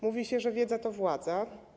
Mówi się, że wiedza to władza.